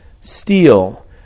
steal